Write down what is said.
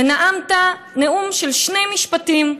ונאמת נאום של שני משפטים: